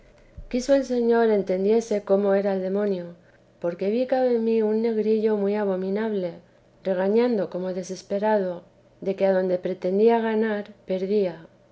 quiso el señor entendiese cómo era el demonio porque vi cabe mí un negrillo muy abominable regañando como desesperado de que adonde pretendía ganar perdía